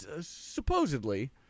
supposedly